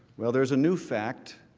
well, there is a new fact